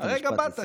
הרגע באת.